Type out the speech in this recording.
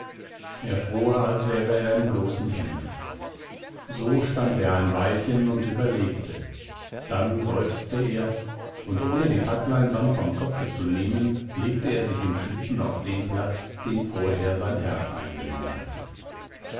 er fror als wäre er im bloßen hemde so stand er ein weilchen und überlegte dann seufzte er und ohne die packleinwand vom kopfe zu nehmen legte er sich im schlitten auf den platz den vorher sein herr eingenommen hatte